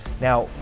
Now